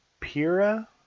pira